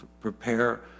prepare